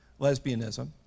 lesbianism